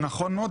זה נכון מאוד,